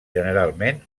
generalment